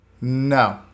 No